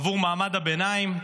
עבור מעמד הביניים,